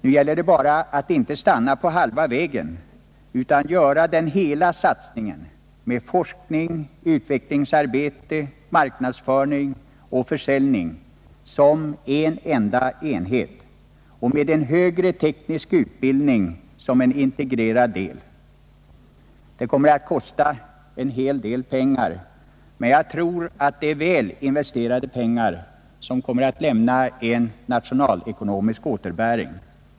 Nu gäller det bara att inte stanna på halva vägen utan göra den hela satsningen med forskning, utvecklingsarbete, marknadsföring och försäljning som en enda enhet och med en högre teknisk utbildning som en integrerad del. Det kommer att kosta en hel del pengar, men jag tror det blir väl investerade pengar, som kommer att ge nationalekonomisk återbäring.